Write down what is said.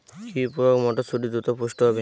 কি প্রয়োগে মটরসুটি দ্রুত পুষ্ট হবে?